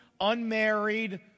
unmarried